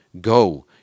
Go